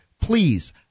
please